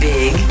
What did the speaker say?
Big